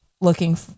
looking